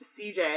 CJ